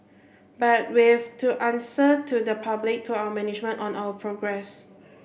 but we've to answer to the public to our management on our progress